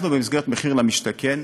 אנחנו, במסגרת מחיר למשתכן,